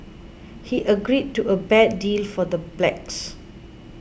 he agreed to a bad deal for the blacks